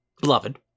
beloved